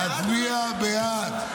להצביע בעד.